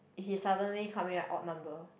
he suddenly come in like odd number